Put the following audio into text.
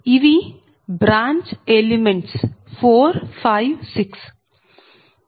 ఇవి branch branch శాఖ elements 4 5 6